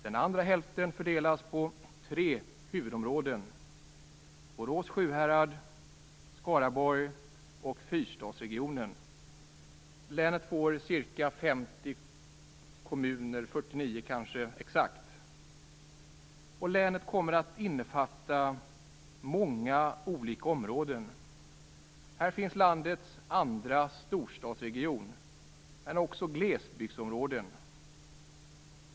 Den andra hälften fördelas på tre huvudområden - Borås-Sjuhärad, Skaraborg och 49 för att vara exakt. Länet kommer att innefatta många olika områden. Här finns landets andra storstadsregion men också glesbygdsområden.